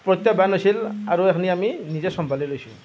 প্ৰত্যাহ্বান আছিল আৰু এইখিনি আমি নিজে চম্ভালি লৈছোঁ